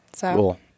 Cool